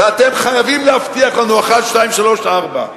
ואתם חייבים להבטיח לנו אחת, שתיים, שלוש, ארבע.